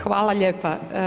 Hvala lijepo.